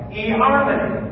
eHarmony